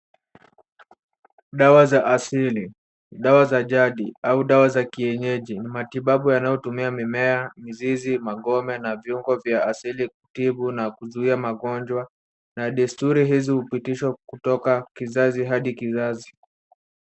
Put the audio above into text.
Dawa za asili, dawa za jadi au dawa za kienyeji. Matibabu yanayotumia mimea, mizizi, magome na viungo vya asili kutibu na kuzuia magonjwa na desturi hizi hupitishwa kutoka kizazi hadi kizazi.